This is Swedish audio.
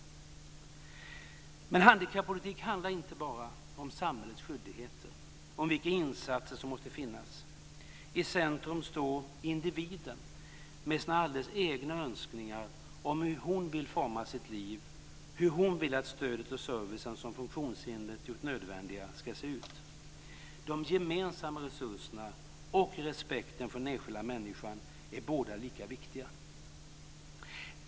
Men handikappolitik handlar inte bara om samhällets skyldigheter och om vilka insatser som måste finnas. I centrum står individen med sina alldeles egna önskningar om hur hon vill forma sitt liv och hur hon vill att stödet och servicen som funktionshindret gjort nödvändiga ska se ut. De gemensamma resurserna och respekten för den enskilda människan är båda lika viktiga.